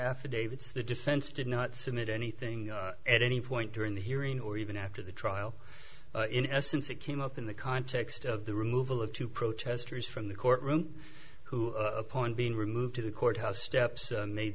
affidavits the defense did not submit anything at any point during the hearing or even after the trial in essence it came up in the context of the removal of two protesters from the courtroom who upon being removed to the courthouse steps made